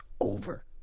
over